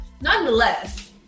Nonetheless